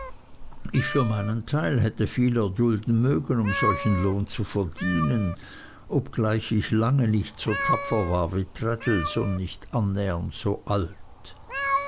ich für meinen teil hätte viel erdulden mögen um solchen lohn zu verdienen obgleich ich lange nicht so tapfer war wie traddles und nicht annähernd so alt